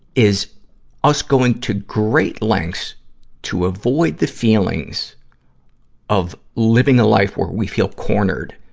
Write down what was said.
is us going to great lengths to avoid the feelings of living a life where we feel cornered